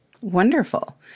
Wonderful